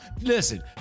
listen